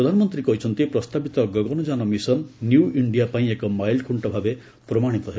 ପ୍ରଧାନମନ୍ତ୍ରୀ କହିଛନ୍ତି ପ୍ରସ୍ତାବିତ ଗଗନଯାନ ମିଶନ ନ୍ୟୁ ଇଣ୍ଡିଆ ପାଇଁ ଏକ ମାଇଲ୍ଖୁଷ୍ଟ ଭାବେ ପ୍ରମାଣିତ ହେବ